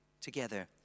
together